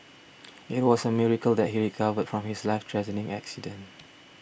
it was a miracle that he recovered from his life threatening accident